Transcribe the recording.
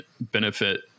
benefit